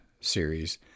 series